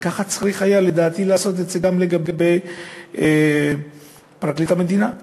וככה צריך היה לדעתי לעשות את זה גם לגבי פרקליט המדינה,